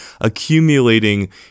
accumulating